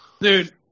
Dude